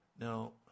Now